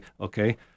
okay